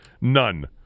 None